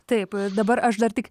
taip dabar aš dar tik